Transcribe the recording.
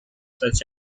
such